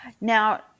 Now